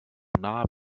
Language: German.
nah